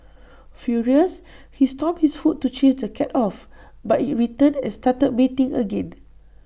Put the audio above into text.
furious he stomped his foot to chase the cat off but IT returned and started mating again